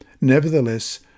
Nevertheless